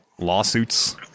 lawsuits